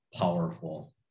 powerful